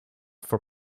for